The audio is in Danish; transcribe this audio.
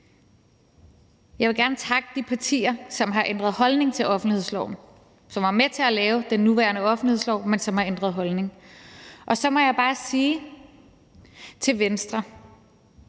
Jeg vil gerne takke de partier, som har ændret holdning til offentlighedsloven, og som var med til at lave den nuværende offentlighedslov, men som har ændret holdning. Så må jeg bare sige til Venstre,